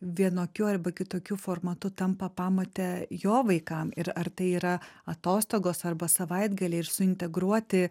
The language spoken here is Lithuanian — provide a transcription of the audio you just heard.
vienokiu arba kitokiu formatu tampa pamote jo vaikam ir ar tai yra atostogos arba savaitgaliai ir suintegruoti